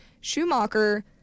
Schumacher